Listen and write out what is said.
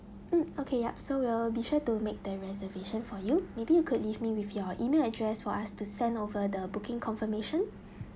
mm okay yup so we'll be sure to make the reservation for you maybe you could leave me with your email address for us to send over the booking confirmation